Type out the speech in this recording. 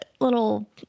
little